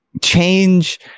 change